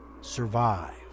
survive